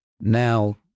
now